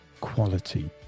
quality